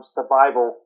Survival